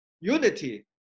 unity